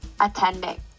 attending